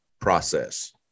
process